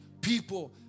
people